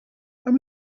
how